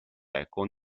eco